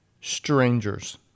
strangers